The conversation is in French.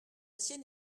sienne